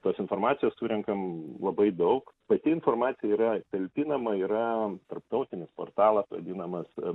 tos informacijos surenkam labai daug pati informacija yra talpinama yra tarptautinis portalas vadinamas